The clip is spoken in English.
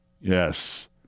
Yes